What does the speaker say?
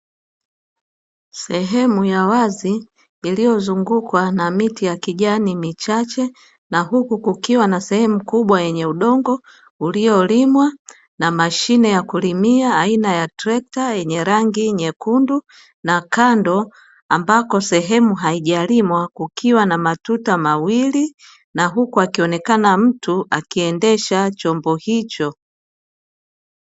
Sehemu ya wazi iliyozungukwa na miti ya kijani michache, na huku kukiwa na sehemu kubwa yenye udongo uliolimwa na mashine ya kulimia aina ya trekta yenye rangi nyekundu na kando ambako sehemu haijalimwa kukiwa na matuta mawili; na huku akionekana mtu akiendesha chombo hicho.